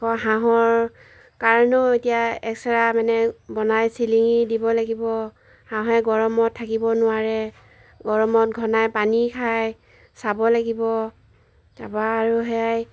আকৌ হাঁহৰ কাৰণেও এতিয়া এক্সট্ৰা মানে বনাই চিলিঙি দিব লাগিব হাঁহে গৰমত থাকিব নোৱাৰে গৰমত ঘনাই পানী খাই চাব লাগিব তাৰপা আৰু সেয়াই